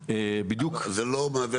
זה לא מהווה